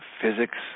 physics